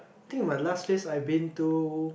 I think my last place I've been to